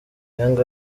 young